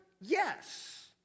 Yes